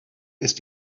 ist